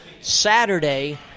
Saturday